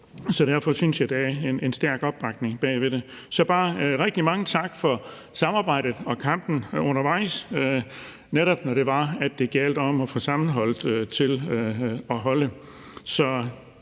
Derfor synes jeg, der er en stærk opbakning bag ved det. Så jeg vil bare sige rigtig mange tak for samarbejdet og kampen undervejs, netop når det gjaldt om at få samarbejdet til at holde.